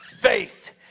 faith